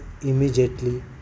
immediately